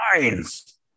minds